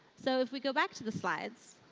so if we go back to the slides.